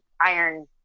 iron